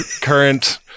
current